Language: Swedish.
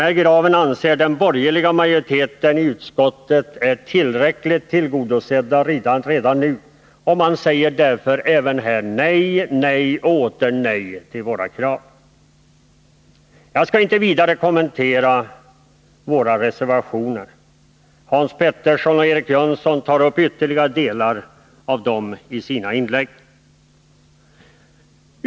Dessa krav anser den borgerliga majoriteten i utskottet vara tillräckligt tillgodosedda redan nu, och man säger därför även här nej, nej och åter nej till våra förslag. Jag skall inte vidare kommentera våra reservationer. Hans Pettersson i Helsingborg och Eric Jönsson kommer i sina inlägg att ta upp ytterligare delar av dem.